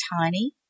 tiny